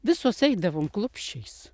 visos eidavom klupščiais